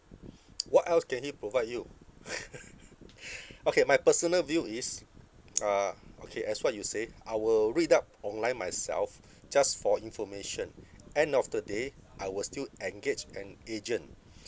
what else can he provide you okay my personal view is uh okay as what you say I will read up online myself just for information end of the day I will still engage an agent